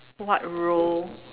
what role